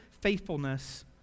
faithfulness